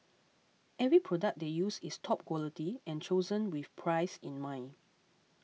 every product they use is top quality and chosen with price in mind